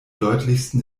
deutlichsten